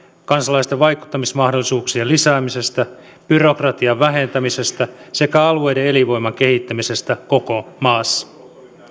kansalaisten vaikuttamismahdollisuuksien lisäämisestä byrokratian vähentämisestä sekä alueiden elinvoiman kehittämisestä koko maassa